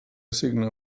signar